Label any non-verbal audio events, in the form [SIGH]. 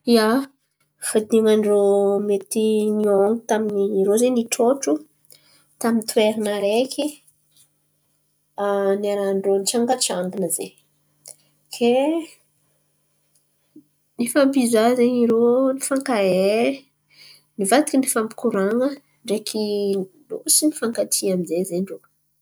Ia, vadian̈a ndrô mety ny ôno taminy, ia, irô zen̈y nitrôtro, tamy ny toeran̈a areky [HESITATION] niaran-drô ny tsangatsangana zen̈y. Ke ny fampizaha zen̈y irô, ny fankahay nivadiky ny fampikoran̈a ndreky io loso ny fankatia ndreky irô.